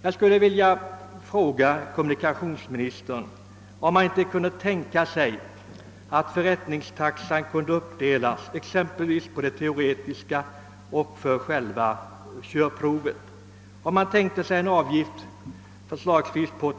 | Jag skulle vilja fråga kommunikationsministern om man inte kunde tänka sig att förrättningstaxan uppdelades så att avgiften erlades exempelvis med